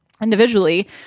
individually